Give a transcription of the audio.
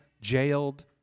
jailed